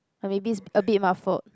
or maybe it's a bit my fault